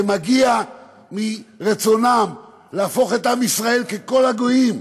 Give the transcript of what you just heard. זה מגיע מרצונם להפוך את עם ישראל להיות ככל הגויים.